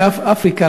מאפריקה,